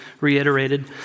reiterated